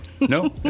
No